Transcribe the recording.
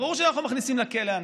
ברור שאנחנו מכניסים לכלא אנשים,